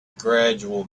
gradual